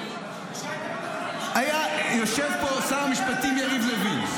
כשהיית בתוך הממשלה --- יושב פה שר המשפטים יריב לוין.